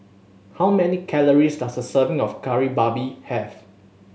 how many calories does a serving of Kari Babi have